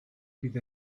bydd